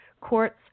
courts